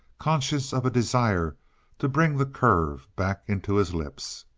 conscious of a desire to bring the curve back into his lips.